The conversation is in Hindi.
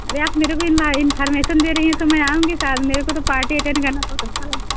अरे आप मेरे को इनन् इनफार्मेशन दे रही हैं तो मैं आऊँगी साद मेरे को तो पार्टी अटेंड करना बहुत अच्छा लगता है